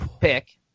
pick